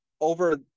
over